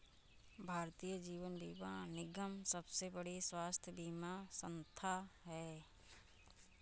भारतीय जीवन बीमा निगम सबसे बड़ी स्वास्थ्य बीमा संथा है